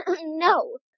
no